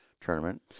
tournament